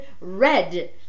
Red